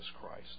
Christ